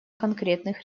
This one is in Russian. конкретных